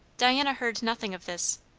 diana heard nothing of this.